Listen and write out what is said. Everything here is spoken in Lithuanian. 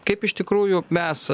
kaip iš tikrųjų mes